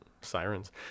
sirens